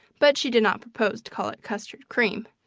but she did not propose to call it custard cream.